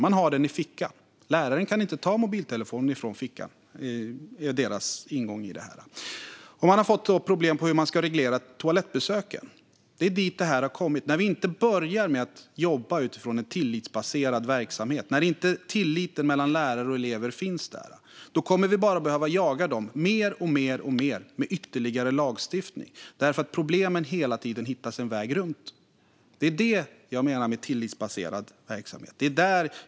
De har den i fickan, och läraren kan inte ta den från fickan. Det är deras ingång i detta. Man har nu fått problem med hur man ska reglera toalettbesöken. Det är dit det har kommit. När vi inte börjar med att jobba utifrån tillitsbaserad verksamhet, när inte tilliten mellan lärare och elever finns där, kommer vi bara att behöva jaga dem alltmer med ytterligare lagstiftning. Problemen hittar hela tiden sin väg runt. Det är det jag menar med att det ska vara tillitsbaserad verksamhet.